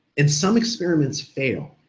and some experiments fail,